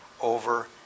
over